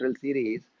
series